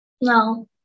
No